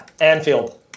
Anfield